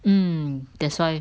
mm that's why